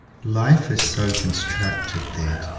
life is so constructed, that,